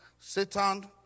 Satan